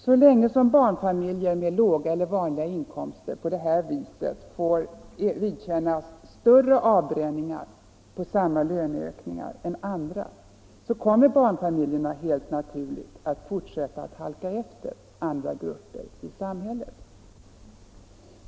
Så länge som barnfamiljer med låga eller vanliga inkomster på det här viset får vidkännas större avbränningar på samma löneökning än andra kommer barnfamiljerna helt naturligt att fortsätta att halka efter andra grupper i samhället.